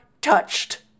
touched